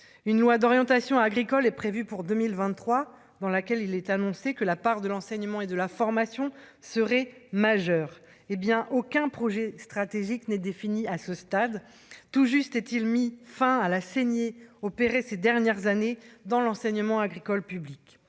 une loi d'orientation agricole est prévue pour 2023, dans laquelle il est annoncé que la part de l'enseignement et de la formation se majeur, hé bien aucun projet stratégique n'est défini à ce stade, tout juste est-il mis fin à la saignée opérée ces dernières années dans l'enseignement agricole public